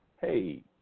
hey